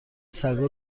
سگا